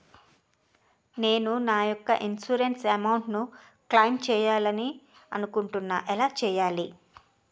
నేను నా యెక్క ఇన్సురెన్స్ అమౌంట్ ను క్లైమ్ చేయాలనుకుంటున్నా ఎలా చేయాలి?